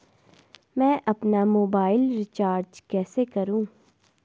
मैं अपना mobile recharge कैसे करूँ?